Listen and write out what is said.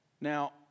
Now